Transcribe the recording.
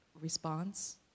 response